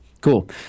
Cool